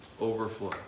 overflow